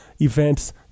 events